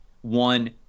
one